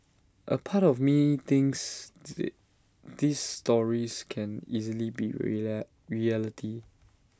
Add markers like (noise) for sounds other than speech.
A part of me thinks the these stories can easily be (unintelligible) reality